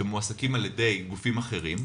שמועסקים על ידי גופים אחרים,